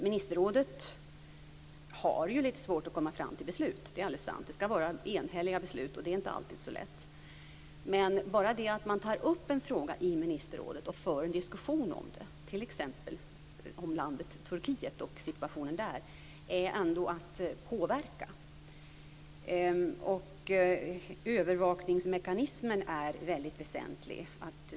Ministerrådet har litet svårt att komma fram till beslut, det är alldeles sant. Det skall vara enhälliga beslut, och det är inte alltid så lätt. Men bara det att man tar upp en fråga i ministerrådet och för en diskussion om den, t.ex. om landet Turkiet och situationen där, är ändå att påverka. Övervakningsmekanismen är mycket väsentlig.